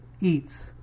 eats